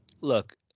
Look